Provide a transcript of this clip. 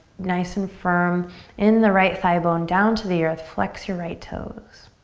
nice and firm in the right thigh bone down to the earth, flex your right toes.